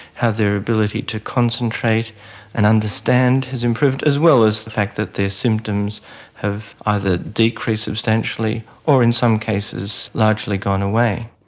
how their ability to concentrate and understand has improved, as well as the fact that their symptoms have either decreased substantially or in some cases largely gone away.